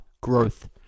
growth